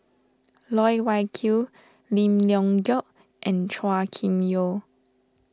Loh Wai Kiew Lim Leong Geok and Chua Kim Yeow